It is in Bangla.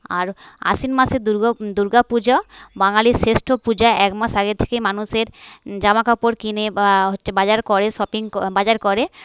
আর আশ্বিন মাসে দূর্গা পূজা বাঙালির শ্রেষ্ঠ পূজা একমাস আগে থেকে মানুষের জামাকাপড় কিনে বা হচ্ছে বাজার করে শপিং বাজার করে